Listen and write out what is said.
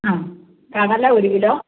ആ കടല ഒരുകിലോ